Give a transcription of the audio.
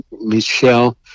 michelle